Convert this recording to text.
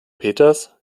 peters